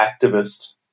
activist